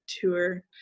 tour